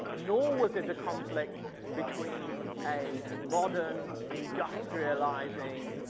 nor was it a conflict between a modern, industrializing,